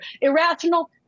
Irrational